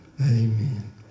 Amen